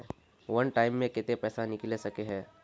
वन time मैं केते पैसा निकले सके है?